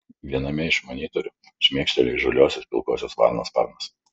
viename iš monitorių šmėkšteli įžūlios pilkosios varnos sparnas